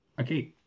okay